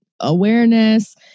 awareness